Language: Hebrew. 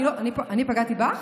אני לא פגעתי בך,